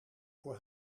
voor